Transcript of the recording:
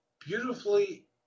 beautifully